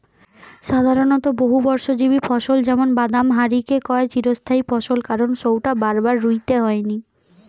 সাধারণত বহুবর্ষজীবী ফসল যেমন বাদাম হারিকে কয় চিরস্থায়ী ফসল কারণ সউটা বারবার রুইতে হয়নি